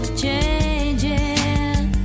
changing